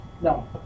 No